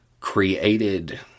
created